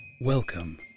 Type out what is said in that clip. Welcome